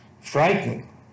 Frightening